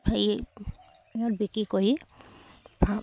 হেৰি ইয়াত বিকি কৰি